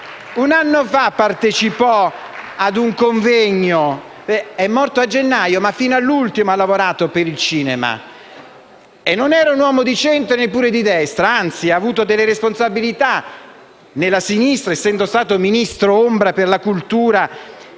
un anno fa partecipò ad un convegno. È morto a gennaio, ma fino all’ultimo ha lavorato per il cinema. Non era un uomo di centro e neppure di destra. Anzi, ha avuto delle responsabilità nella sinistra essendo stato ministro per la cultura